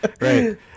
Right